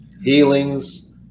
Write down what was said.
healings